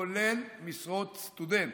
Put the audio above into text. כולל משרות סטודנט.